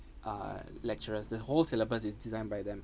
uh lecturers the whole syllabus is designed by them